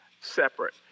separate